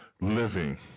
living